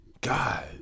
God